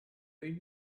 read